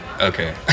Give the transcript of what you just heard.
okay